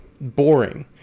Boring